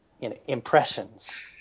impressions